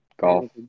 Golf